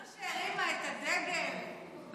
זאת שהרימה את הדגל בקמפוס,